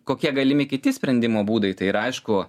kokie galimi kiti sprendimo būdai tai yra aišku